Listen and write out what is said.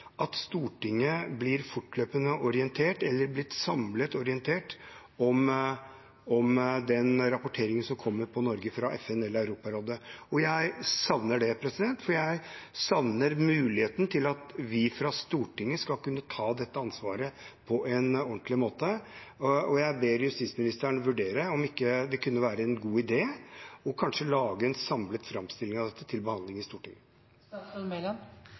savner det, for jeg savner muligheten til at vi fra Stortinget skal kunne ta dette ansvaret på en ordentlig måte. Jeg ber justisministeren vurdere om det ikke kunne være en god idé å lage en samlet framstilling av dette til behandling i